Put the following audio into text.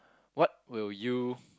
what will you